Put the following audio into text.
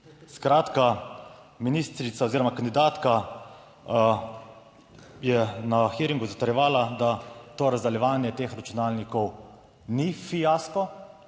Skratka, ministrica oziroma kandidatka je na hearingu zatrjevala, da to razdeljevanje teh računalnikov ni fiasko,